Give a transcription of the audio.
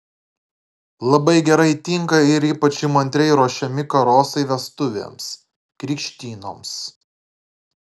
labai gerai tinka ir ypač įmantriai ruošiami karosai vestuvėms krikštynoms